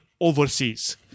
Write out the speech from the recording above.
overseas